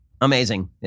Amazing